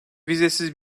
vizesiz